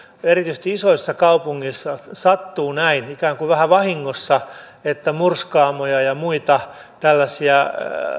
kun erityisesti isoissa kaupungeissa sattuu näin ikään kuin vähän vahingossa että murskaamoja ja muita tällaisia